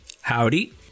Howdy